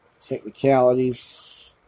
technicalities